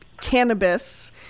cannabis